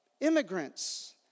immigrants